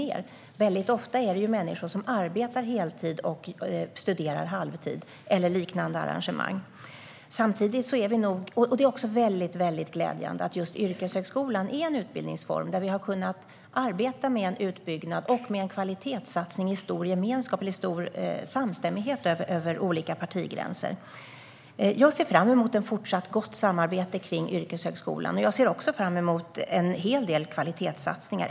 Det är ofta människor som arbetar heltid och studerar på halvtid eller liknande. Det är också mycket glädjande att just yrkeshögskolan är en utbildningsform där vi har kunnat arbeta med en utbyggnad och med en kvalitetssatsning i stor samstämmighet över olika partigränser. Jag ser fram emot ett fortsatt gott samarbete om yrkeshögskolan. Jag ser också fram emot en hel del kvalitetssatsningar.